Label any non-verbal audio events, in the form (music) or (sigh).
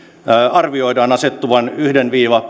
arvioidaan asettuvan yksi viiva (unintelligible)